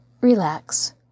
relax